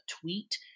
tweet